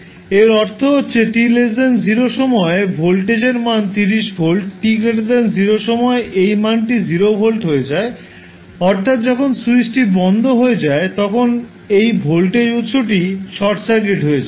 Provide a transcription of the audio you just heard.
এর অর্থ হচ্ছে t0 সময়ে ভোল্টেজের মান 30 ভোল্ট t0 সময়ে এই মানটি 0 ভোল্ট হয়ে যায় অর্থাৎ যখন স্যুইচটি বন্ধ হয়ে যায় তখন এই ভোল্টেজ উত্স টি শর্ট সার্কিট হয়ে যায়